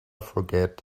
forget